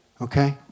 Okay